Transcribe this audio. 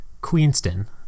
Queenston